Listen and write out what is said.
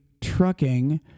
Trucking